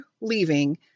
leaving